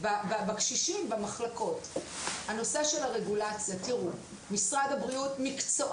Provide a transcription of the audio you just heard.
במרכז הרפואי גריאטרי שיקומי של כפר